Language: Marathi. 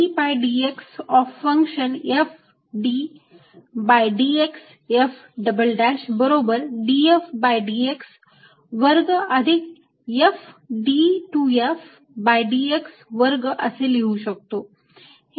याला आपण ddx of function f ddx f" बरोबर dfdx वर्ग अधिकf d2fdx वर्ग असे लिहू शकतो